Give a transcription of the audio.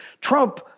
trump